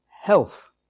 health